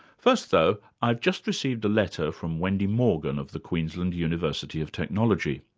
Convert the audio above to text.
first though, i've just received a letter from wendy morgan of the queensland university of technology.